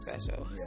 special